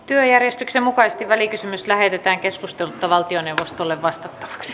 työjärjestyksen mukaisesti välikysymys lähetettiin keskustelutta valtioneuvostolle vastattavaksi